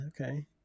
okay